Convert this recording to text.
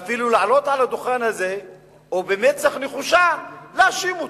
ואפילו לעלות על הדוכן הזה ובמצח נחושה להאשים אותם.